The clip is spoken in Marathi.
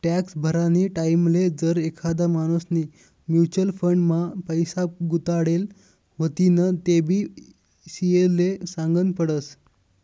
टॅक्स भरानी टाईमले जर एखादा माणूसनी म्युच्युअल फंड मा पैसा गुताडेल व्हतीन तेबी सी.ए ले सागनं पडस